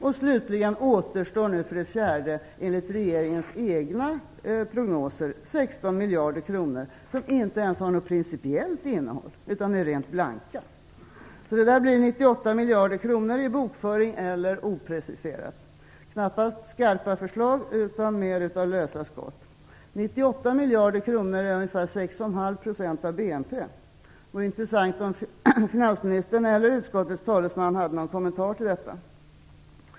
För det fjärde återstår enligt regeringens egna prognoser 16 miljarder kronor som inte ens har ett principiellt innehåll utan är helt blanka. Det blir alltså 98 miljarder kronor i bokföring eller opreciserat. Det är knappast skarpa förslag utan snarare lösa skott. 98 miljarder kronor är ungefär 6,5 % av BNP. Det vore intressant att få en kommentar till detta från finansministern eller utskottets talesman. Fru talman!